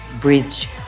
bridge